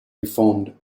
reformed